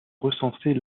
recenser